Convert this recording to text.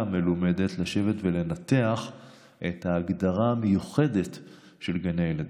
המלומדת ולנתח את ההגדרה המיוחדת של גני הילדים.